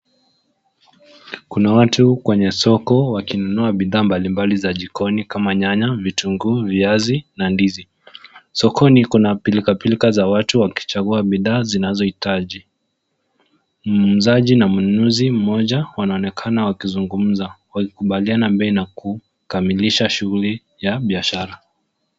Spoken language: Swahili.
Kuna watu kwenye soko wakinunua bidhaa mbalimbali za jikoni kama nyanya, vitunguu, viazi na ndizi. Sokoni kuna pilka pilka za watu wakichagua bidhaa zinazohitaji. Muuzaji na mnunuzi mmoja wanaonekana wakizungumza, wakikubaliana bei na kukamilisha shughuli ya biashara.